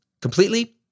completely